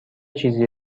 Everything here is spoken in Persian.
چیزی